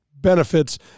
benefits